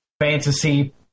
fantasy